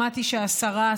שמעתי שהשרה,